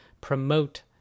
promote